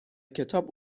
کتاب